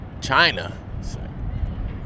China